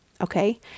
Okay